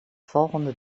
volgende